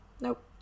Nope